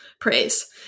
praise